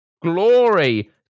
glory